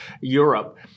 Europe